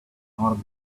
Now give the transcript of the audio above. ought